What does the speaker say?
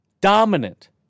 Dominant